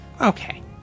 Okay